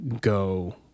go